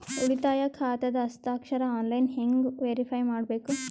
ಉಳಿತಾಯ ಖಾತಾದ ಹಸ್ತಾಕ್ಷರ ಆನ್ಲೈನ್ ಹೆಂಗ್ ವೇರಿಫೈ ಮಾಡಬೇಕು?